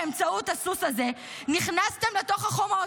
באמצעות הסוס הזה נכנסתם לתוך החומות.